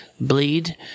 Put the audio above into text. bleed